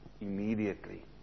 immediately